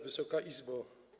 Wysoka Izbo!